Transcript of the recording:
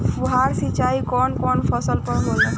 फुहार सिंचाई कवन कवन फ़सल पर होला?